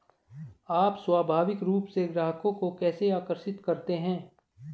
आप स्वाभाविक रूप से ग्राहकों को कैसे आकर्षित करते हैं?